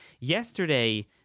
Yesterday